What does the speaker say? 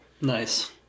nice